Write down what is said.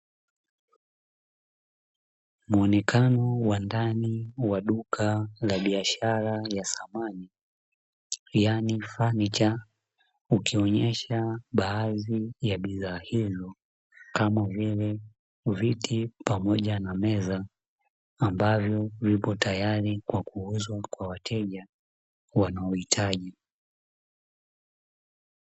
Muonekano wa ndani wa duka la biashara ya samani, yaani fanicha, ukionyesha baadhi ya bidhaa hizo kama vile; viti pamoja na meza ambavyo vipo tayari kwa kuuzwa kwa wateja wanaohitaji.